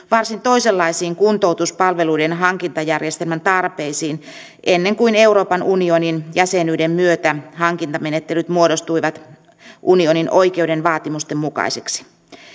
varsin toisenlaisiin kuntoutuspalveluiden hankintajärjestelmän tarpeisiin ennen kuin euroopan unionin jäsenyyden myötä hankintamenettelyt muodostuivat unionin oikeuden vaatimusten mukaisiksi